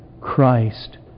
Christ